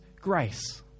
grace